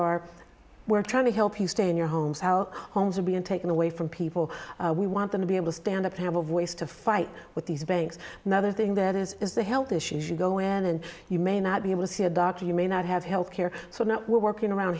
are we're trying to help you stay in your homes our homes are being taken away from people we want them to be able to stand up have a voice to fight with these banks another thing that is the health issues you go in and you may not be able to see a doctor you may not have health care so now we're working around